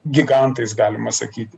gigantais galima sakyti